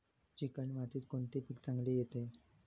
Chicken मातीत कोणते पीक चांगले येते?